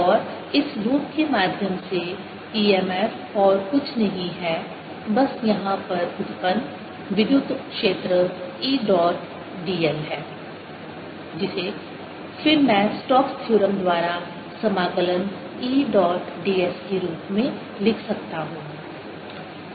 और इस लूप के माध्यम से EMF और कुछ नहीं है बस यहाँ पर उत्पन्न विद्युत क्षेत्र E डॉट dl है जिसे फिर मैं स्टोक्स थ्योरम Stokes' theorem द्वारा समाकलन E डॉट ds के रूप में लिख सकता हूँ